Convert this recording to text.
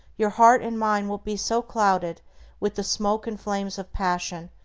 your heart and mind will be so clouded with the smoke and flames of passion,